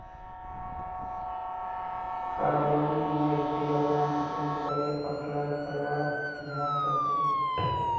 कार loan नेर ती अपना कुंसम करे अप्लाई करवा चाँ चची?